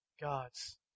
gods